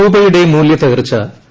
രൂപയുടെ മൂല്യത്തകർച്ചു